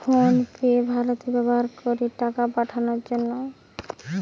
phone pay ভারতে ব্যাভার করে টাকা পাঠাবার জন্যে